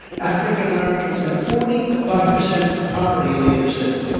african-americans now forty five percent poverty in the inner cities.